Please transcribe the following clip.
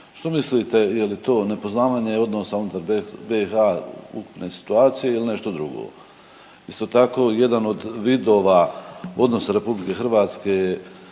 Što mislite, je li to nepoznavanje odnosa unutar BiH na situacije ili nešto drugo? Isto tako, jedan od vidova odnosa RH prema